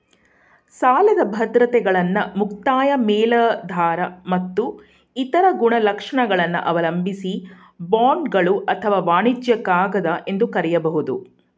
ಸಾಲದ ಬದ್ರತೆಗಳನ್ನ ಮುಕ್ತಾಯ ಮೇಲಾಧಾರ ಮತ್ತು ಇತರ ಗುಣಲಕ್ಷಣಗಳನ್ನ ಅವಲಂಬಿಸಿ ಬಾಂಡ್ಗಳು ಅಥವಾ ವಾಣಿಜ್ಯ ಕಾಗದ ಎಂದು ಕರೆಯಬಹುದು